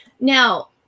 Now